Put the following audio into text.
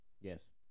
Yes